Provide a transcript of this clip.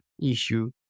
issue